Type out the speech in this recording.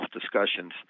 discussions